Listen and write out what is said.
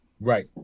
Right